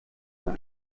mir